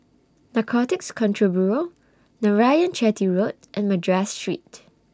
Narcotics Control Bureau Narayanan Chetty Road and Madras Street